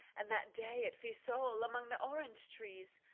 and that day at fiesole among the orange trees,